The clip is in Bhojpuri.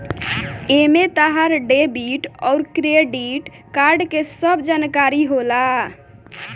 एमे तहार डेबिट अउर क्रेडित कार्ड के सब जानकारी होला